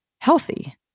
healthy